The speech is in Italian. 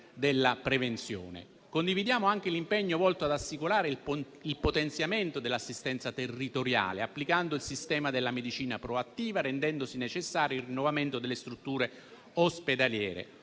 della prevenzione. Condividiamo anche l'impegno volto ad assicurare il potenziamento dell'assistenza territoriale, applicando il sistema della medicina proattiva, rendendosi necessario il rinnovamento delle strutture ospedaliere,